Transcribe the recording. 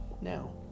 Now